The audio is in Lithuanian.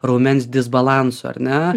raumens disbalanso ar ne